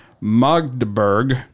Magdeburg